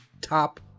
top